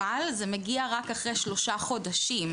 אבל זה מגיע רק אחרי שלושה חודשים,